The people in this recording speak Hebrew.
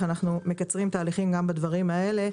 אנחנו מקצרים תהליכים גם בדברים הללו,